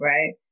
Right